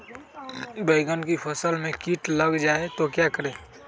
बैंगन की फसल में कीट लग जाए तो क्या करें?